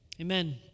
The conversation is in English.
amen